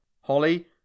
Holly